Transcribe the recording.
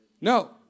No